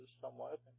somewhat